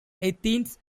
athens